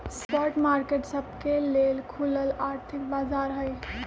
spot market सबके लेल खुलल आर्थिक बाजार हइ